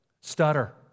Stutter